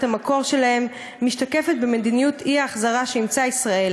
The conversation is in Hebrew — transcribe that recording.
המקור שלהם משתקפת במדיניות האי-החזרה שאימצה ישראל